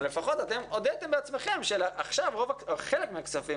אבל אתם הודיתם בעצמכם שחלק מהכספים,